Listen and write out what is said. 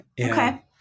Okay